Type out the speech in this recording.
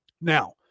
Now